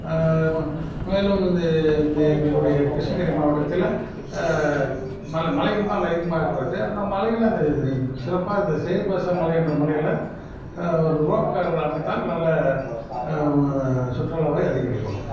மேலும் இந்த எங்களுடைய கிருஷ்ணகிரி மாவட்டத்தில் மல மலைகள்தான் அதிகமாக இருக்கிறது அந்த மலையில் அந்த ஒரு சிறப்பாக இந்த சையத்பாஷா மலை என்ற மலையில் ஒரு ரோப் காரை அமைத்தால் நல்ல சுற்றுலாவை அதிகரிக்கலாம்